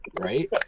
right